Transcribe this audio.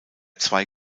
zwei